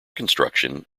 construction